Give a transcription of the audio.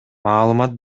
маалымат